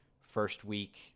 first-week